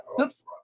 Oops